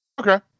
Okay